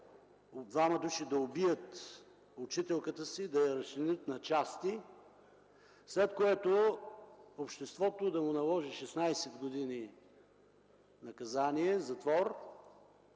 двама души да убият учителката си, да я разчленят на части, след което обществото да му наложи 16 години наказание, затвор